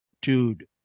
Dude